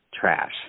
trash